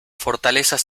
fortalezas